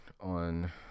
on